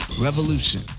revolution